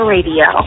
Radio